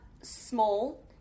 small